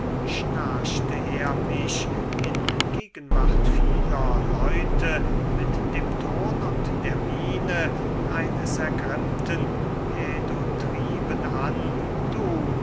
schnarchte er mich in gegenwart vieler leute mit dem ton und der miene eines ergrimmten pädotriben an du